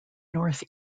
north